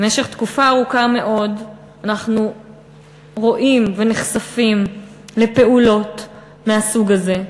במשך תקופה ארוכה מאוד אנחנו רואים ונחשפים לפעולות מהסוג הזה,